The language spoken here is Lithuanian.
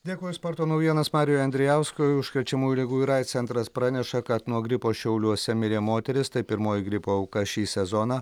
dėkui už sporto naujienas mariui andrijauskui užkrečiamųjų ligų ir aids centras praneša kad nuo gripo šiauliuose mirė moteris tai pirmoji gripo auka šį sezoną